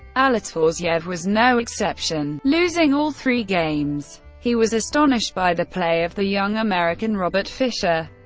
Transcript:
alatortsev was no exception, losing all three games. he was astonished by the play of the young american robert fischer,